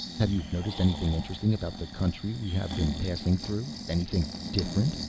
have you noticed anything interesting about the country we have been passing through, anything different?